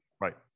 right